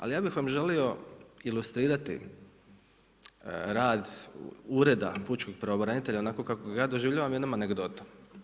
Ali ja bih vam želio ilustrirati rad Ureda pučkog pravobranitelja onako kako ga ja doživljavam jednom anegdotom.